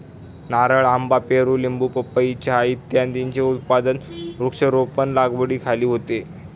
नारळ, आंबा, पेरू, लिंबू, पपई, चहा इत्यादींचे उत्पादन वृक्षारोपण लागवडीखाली होते